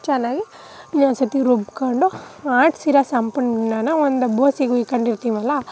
ಚೆನ್ನಾಗಿ ಇನ್ನೊಂದ್ಸರ್ತಿ ರುಬ್ಕೊಂಡು ಮಾಡಿಸಿರೋ ಸಂಪಣ್ಣನ ಒಂದು ಬೋಸಿಗೆ ಹುಯ್ಕೊಂಡಿರ್ತೀವಲ್ಲ